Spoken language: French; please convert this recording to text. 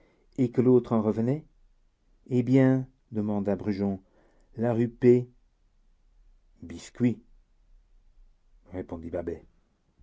et que l'autre en revenait eh bien demanda brujon la rue p biscuit répondit babet